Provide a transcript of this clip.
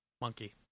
monkey